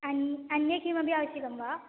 अन् अन्य किमपि आवश्यकं वा